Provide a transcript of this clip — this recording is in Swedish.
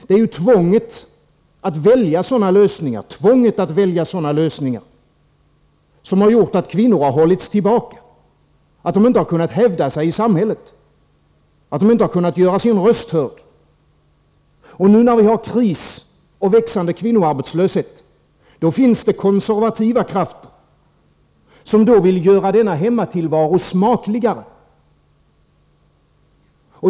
Det är ju tvånget att välja sådana lösningar som har gjort att kvinnor har hållits tillbaka, att de inte har kunnat hävda sig i samhället, att de inte kunnat göra sin röst hörd. Nu när vi har kris och växande kvinnoarbetslöshet, då finns det konservati va krafter som vill göra denna hemmatillvaro smakligare.